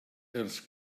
els